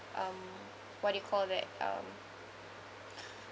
um what do you call that um